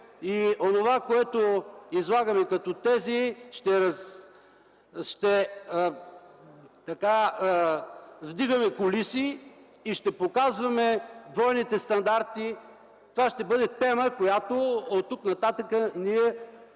и онова, което излагаме като тези, ще вдигаме кулиси и ще показваме двойните стандарти. Това ще бъде тема, на която оттук нататък ще